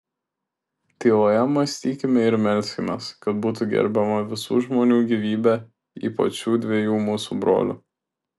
tyloje mąstykime ir melskimės kad būtų gerbiama visų žmonių gyvybė ypač šių dviejų mūsų brolių